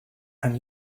and